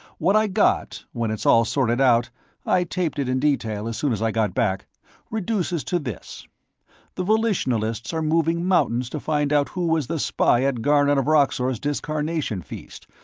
what i got, when it's all sorted out i taped it in detail, as soon as i got back reduces to this the volitionalists are moving mountains to find out who was the spy at garnon of roxor's discarnation feast,